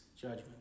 judgment